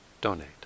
donate